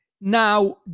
Now